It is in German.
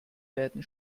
werden